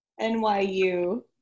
NYU